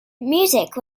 music